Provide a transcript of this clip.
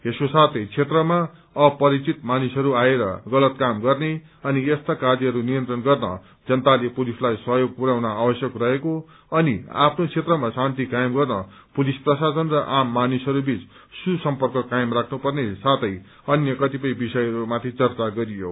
यसको साथै क्षेत्रमा अपरिचित मानिसहरू आएर गलत क्रम गर्ने अनि यस्ता कार्यहरू नियन्त्रण गर्न जनताले पुलिसलाई सहयोग पुरयाउन आवश्यक रहेको अनि आफ्नो क्षेत्रमा शान्ति कायम गर्न पुलिस प्रशासन र आम मानिसहरू बीच सुसम्पर्क कायम राख्नु पर्ने साथै अन्य क्रतिपय विषयहरूमाथि चर्चा गरियो